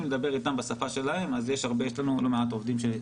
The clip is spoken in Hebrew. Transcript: לדבר אתם בשפה שלהם אז יש לנו לא מעט עובדים דוברי ערבית.